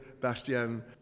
Bastien